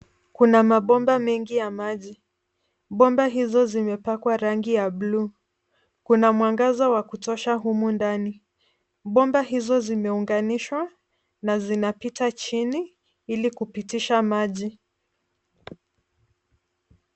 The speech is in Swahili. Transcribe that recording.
Kuna mabomba mengi ya maji, Bomba hizo zimepakwa rangi ya blue .Kuna mwangaza wa kutosha humu ndani. Bomba hizo zimeunganishwa na zinapita chini ,ili kupitisha maji.